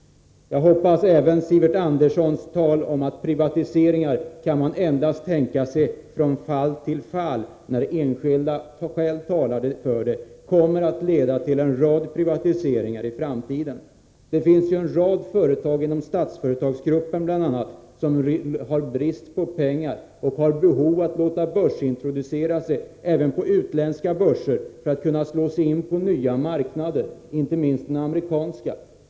Jag hoppas att även Sivert Anderssons tal om att han endast kan tänka sig privatiseringar efter bedömning från fall till fall, när enskilda skäl talar för det, kommer att leda till en rad privatiseringar i framtiden. Det finns ju en rad företag, bl.a. inom Statsföretagsgruppen, som har brist på pengar och som har ett behov av att låta börsintroducera sig även på utländska börser för att kunna slå sig in på nya marknader, inte minst den amerikanska.